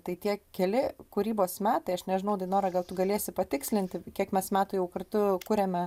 tai tie keli kūrybos metai aš nežinau dainora gal tu galėsi patikslinti kiek mes metų jau kartu kuriame